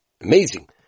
amazing